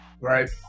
Right